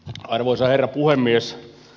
arvoisa herra puhemies